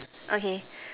okay